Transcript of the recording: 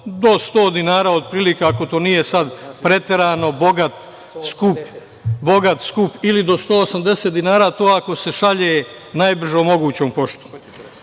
do sto dinara, otprilike, ako to nije sada preterano bogat skup… ili do 180 dinara, to ako se šalje najbržom mogućom poštom.